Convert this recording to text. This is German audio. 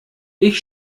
ich